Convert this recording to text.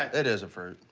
it is a fruit.